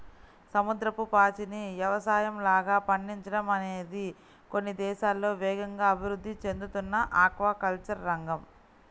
సముద్రపు పాచిని యవసాయంలాగా పండించడం అనేది కొన్ని దేశాల్లో వేగంగా అభివృద్ధి చెందుతున్న ఆక్వాకల్చర్ రంగం